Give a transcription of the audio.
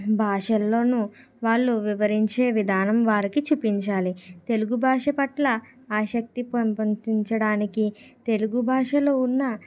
భాషల్లోనూ వాళ్ళు వివరించే విధానం వారికి చూపించాలి తెలుగు భాష పట్ల ఆసక్తి పెంపొందించడానికి తెలుగు భాషలో ఉన్న